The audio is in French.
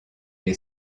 les